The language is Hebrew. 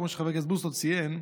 כמו שחבר הכנסת בוסו ציין,